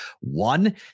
One